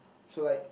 so like